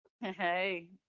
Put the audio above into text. hey